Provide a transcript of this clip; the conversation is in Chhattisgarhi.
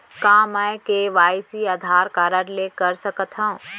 का मैं के.वाई.सी आधार कारड से कर सकत हो?